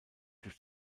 durch